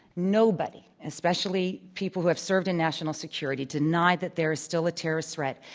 nobody, especially people who have served in national security, denied that there is still a terrorist threat,